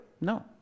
No